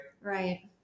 right